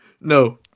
No